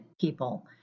people